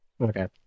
Okay